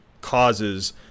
causes